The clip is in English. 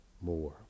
more